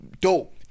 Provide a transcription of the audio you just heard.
dope